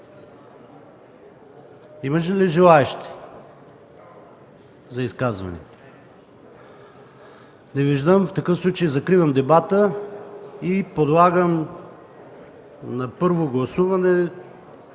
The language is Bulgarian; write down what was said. Има ли желаещи за изказвания? Не виждам. В такъв случай закривам дебата и подлагам на първо гласуване